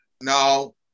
No